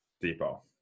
depot